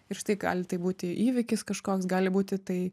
ir štai gali tai būti įvykis kažkoks gali būti tai